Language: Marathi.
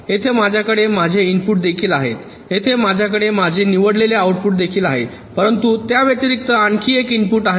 येथे माझ्याकडे माझे इनपुट देखील आहेत येथे माझ्याकडे माझे निवडलेले आउटपुट देखील आहेत परंतु त्याव्यतिरिक्त आणखी एक इनपुट आहे